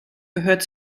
gehört